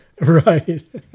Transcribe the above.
Right